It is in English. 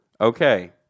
Okay